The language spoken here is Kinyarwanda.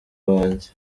banjye